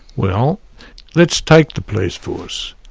well let's take the police force.